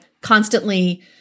constantly